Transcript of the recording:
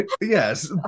Yes